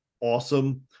awesome